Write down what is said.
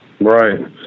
Right